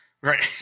Right